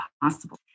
possible